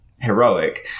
heroic